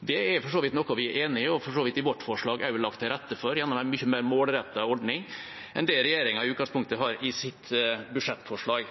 Det er for så vidt noe vi er enig i og også har lagt til rette for i vårt forslag, gjennom en mye mer målrettet ordning enn det regjeringa i utgangspunktet har i sitt budsjettforslag.